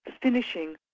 finishing